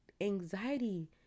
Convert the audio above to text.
Anxiety